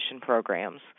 programs